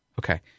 Okay